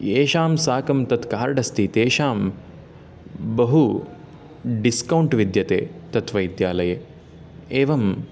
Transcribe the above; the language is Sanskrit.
येषां साकं तत् कार्ड् अस्ति तेषां बहु डिस्कौन्ट् विद्यते तद्वैद्यालये एवं